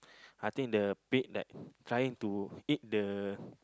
I think the pig like trying to eat the